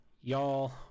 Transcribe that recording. y'all